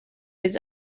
his